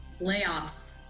Layoffs